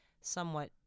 somewhat